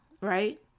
right